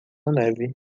neve